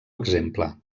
exemple